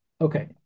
Okay